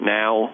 now